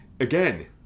again